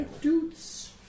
dudes